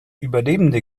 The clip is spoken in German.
überlebende